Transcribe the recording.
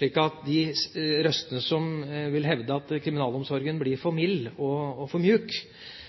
Til de røstene som vil hevde at kriminalomsorgen blir for mild og myk, vil jeg bare slå tilbake og